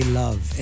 love